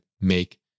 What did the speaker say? make